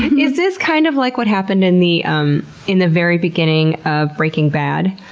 is this kind of like what happened in the um in the very beginning of breaking bad?